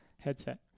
headset